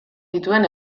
dituen